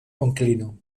onklino